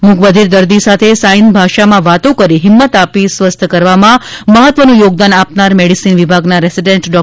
મૂક બધિર દર્દી સાથે સાઇન ભાષામાં વાતો કરી હિંમત આપી સ્વસ્થ કરવામાં મહત્વનું યોગદાન આપનાર મેડિસિન વિભાગના રેસિડેન્ટ ડો